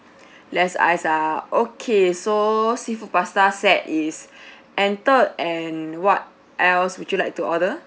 less ice ah okay so seafood pasta set is entered and what else would you like to order